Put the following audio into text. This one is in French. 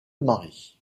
marie